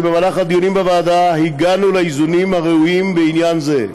שבמהלך הדיונים בוועדה הגענו לאיזונים ראויים בעניין זה.